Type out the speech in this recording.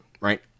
right